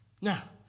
Now